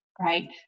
Right